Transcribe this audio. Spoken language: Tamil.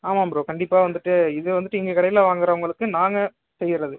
ஆமாம் ப்ரோ கண்டிப்பாக வந்துட்டு இது வந்துட்டு எங்கள் கடையில் வாங்குகிறவங்களுக்கு நாங்கள் செய்கிறது